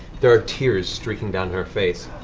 there are tears streaking down her face.